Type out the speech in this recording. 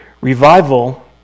revival